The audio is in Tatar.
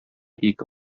ике